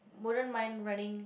wouldn't mind running